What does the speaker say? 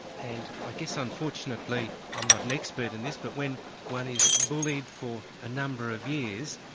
and i guess unfortunately, i'm not an expert in this, but when one is bullied for a number of years,